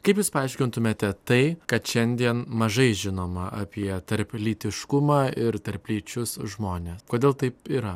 kaip jūs paaiškintumėte tai kad šiandien mažai žinoma apie tarp lytiškumą ir tarplyčius žmones kodėl taip yra